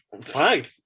Fine